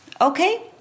okay